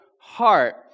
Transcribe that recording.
heart